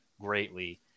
greatly